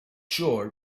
sure